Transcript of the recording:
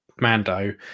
mando